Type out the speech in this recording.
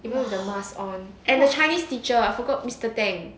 even with the mask on and the chinese teacher I forgot mr tang